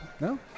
No